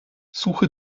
suche